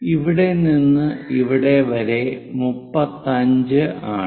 ഇവിടെ നിന്ന് ഇവിടെ വരെ 35 ആണ്